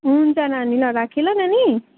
हुन्छ नानी ल राखेँ ल नानी